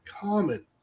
common